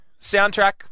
Soundtrack